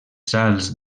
sals